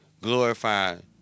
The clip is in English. glorifying